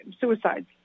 suicides